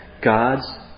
God's